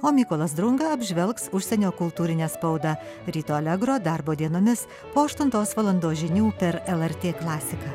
o mykolas drunga apžvelgs užsienio kultūrinę spaudą ryto alegro darbo dienomis po aštuntos valandos žinių per lrt klasiką